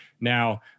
Now